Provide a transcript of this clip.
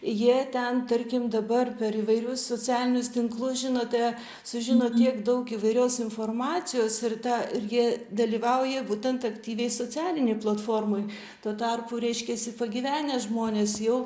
jie ten tarkim dabar per įvairius socialinius tinklus žinote sužino tiek daug įvairios informacijos ir ta ir jie dalyvauja būtent aktyviai socialinėj platformoj tuo tarpu reiškiasi pagyvenę žmonės jau